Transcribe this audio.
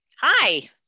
Hi